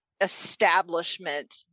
establishment